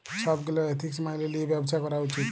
ছব গীলা এথিক্স ম্যাইলে লিঁয়ে ব্যবছা ক্যরা উচিত